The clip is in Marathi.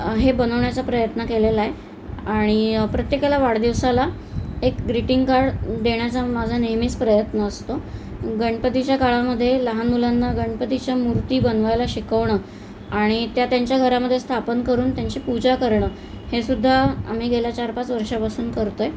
हे बनवण्याचा प्रयत्न केलेला आहे आणि प्रत्येकाला वाढदिवसाला एक ग्रिटिंग कार्ड देण्याचा माझा नेहमीच प्रयत्न असतो गणपतीच्या काळामध्ये लहान मुलांना गणपतीच्या मूर्ती बनवायला शिकवणं आणि त्या त्यांच्या घरामध्ये स्थापन करून त्यांची पूजा करणं हे सुद्धा आम्ही गेल्या चारपाच वर्षापासून करतो आहे